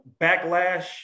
backlash